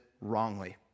wrongly